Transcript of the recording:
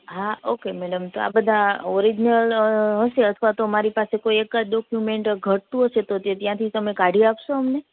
હા okay madam તો આ બધા ઓરિજીનલ હશે અથવા તો મારી પાસે કોઈ એક જ ડોક્યુમેન્ટ ઘટતું હશે તો ત્યાં થી તમે કાઢી આપશો અમને